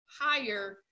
higher